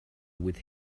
with